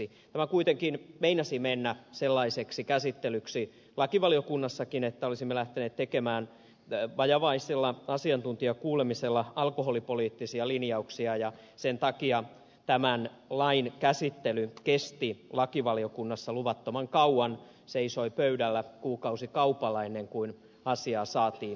tämä kuitenkin meinasi mennä sellaiseksi käsittelyksi lakivaliokunnassakin että olisimme lähteneet tekemään vajavaisella asiantuntijakuulemisella alkoholipoliittisia linjauksia ja sen takia tämän lain käsittely kesti lakivaliokunnassa luvattoman kauan seisoi pöydällä kuukausikaupalla ennen kuin asiaa saatiin eteenpäin